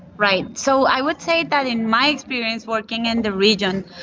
right, so i would say that in my experience working in the region,